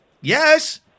Yes